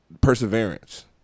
Perseverance